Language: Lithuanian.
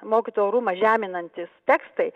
mokytojų orumą žeminantys tekstai